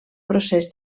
procés